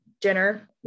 dinner